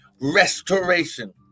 restoration